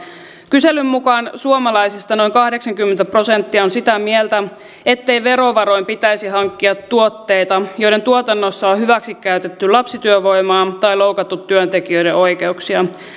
kyselyn mukaan suomalaisista noin kahdeksankymmentä prosenttia on sitä mieltä ettei verovaroin pitäisi hankkia tuotteita joiden tuotannossa on hyväksikäytetty lapsityövoimaa tai loukattu työntekijöiden oikeuksia